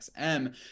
XM